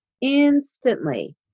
Instantly